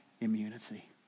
immunity